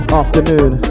afternoon